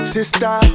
Sister